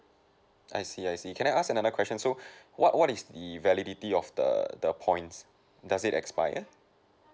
I see I see can I ask another question so what what is the validity of the the points does it expire